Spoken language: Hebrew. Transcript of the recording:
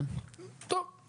טוב,